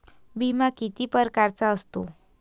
बिमा किती परकारचा असतो?